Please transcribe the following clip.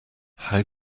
how